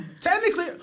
Technically